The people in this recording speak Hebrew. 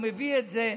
הוא מביא את זה,